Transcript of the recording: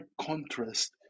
contrast